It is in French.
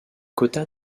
quota